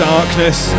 Darkness